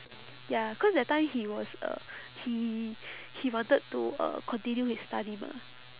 ya cause that time he was uh he he wanted to uh continue his study mah